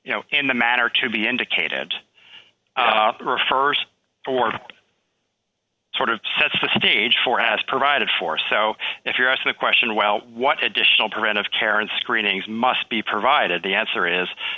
you know in the matter to be indicated refers for the sort of sets the stage for has provided for so if you ask the question well what additional preventive care and screenings must be provided the answer is